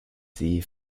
see